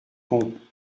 con